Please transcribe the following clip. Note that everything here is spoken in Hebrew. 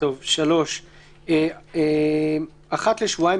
דיווח לפי תקנה 2 3. אחת לשבועיים,